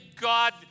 God